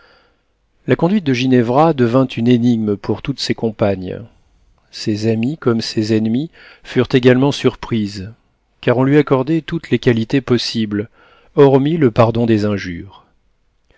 la conduite de ginevra devint une énigme pour toutes ses compagnes ses amies comme ses ennemies furent également surprises car on lui accordait toutes les qualités possibles hormis le pardon des injures